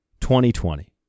2020